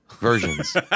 Versions